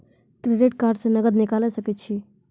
Credit card से नगद निकाल सके छी?